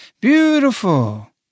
Beautiful